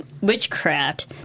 witchcraft